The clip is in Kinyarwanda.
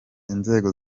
inzego